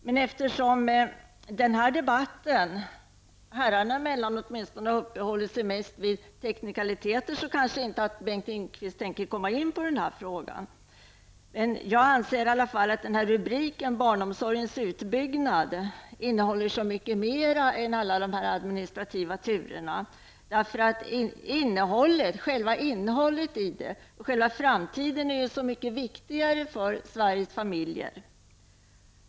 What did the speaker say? Men eftersom den här debatten, herrarna emellan åtminstone, mest har uppehållit sig vid teknikaliteter tänker kanske inte Bengt Lindqvist komma in på den frågan. Jag anser i alla fall att rubriken Barnomsorgens utbyggnad innehåller så mycket mer än alla de här administrativa turerna. Innehållet och själva framtiden är så mycket viktigare för Sveriges familjer.